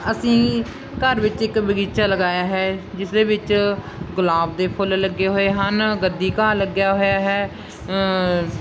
ਅਸੀਂ ਘਰ ਵਿੱਚ ਇੱਕ ਬਗੀਚਾ ਲਗਾਇਆ ਹੈ ਜਿਸ ਦੇ ਵਿੱਚ ਗੁਲਾਬ ਦੇ ਫੁੱਲ ਲੱਗੇ ਹੋਏ ਹਨ ਗੱਦੀ ਘਾਹ ਲੱਗਿਆ ਹੋਇਆ ਹੈ